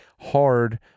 hard